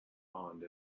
pond